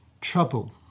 trouble